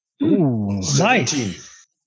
nice